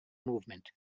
movement